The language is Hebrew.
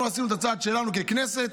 אנחנו עשינו את הצעד שלנו ככנסת,